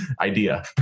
idea